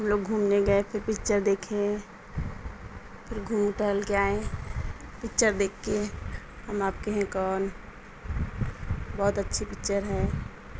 ہم لوگ گھومنے گئے پھر پکچر دیکھیں پھر گھوم ٹہل کے آئے پکچر دیکھ کے ہم آپ کے ہیں کون بہت اچھی پکچر ہے